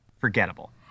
forgettable